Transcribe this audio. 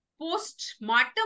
post-mortem